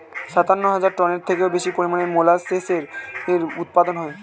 সাতান্ন হাজার টনের থেকেও বেশি পরিমাণে মোলাসেসের উৎপাদন হয়